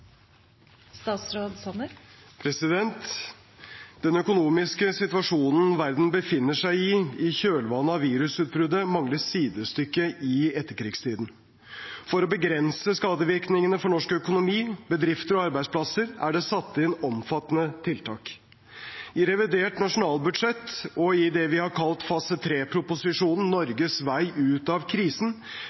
Den økonomiske situasjonen verden befinner seg i i kjølvannet av virusutbruddet, mangler sidestykke i etterkrigstiden. For å begrense skadevirkningene for norsk økonomi, bedrifter og arbeidsplasser er det satt inn omfattende tiltak. I revidert nasjonalbudsjett og i det vi har kalt «Fase 3-proposisjonen», Norges vei ut av krisen,